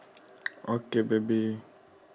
okay baby